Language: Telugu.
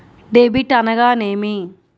డెబిట్ అనగానేమి?